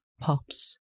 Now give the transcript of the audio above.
pops